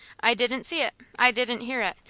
i didn't see it, i didn't hear it,